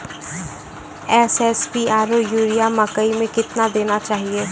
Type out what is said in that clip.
SSP आरु urea मकई मे कितना देना चाहिए?